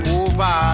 over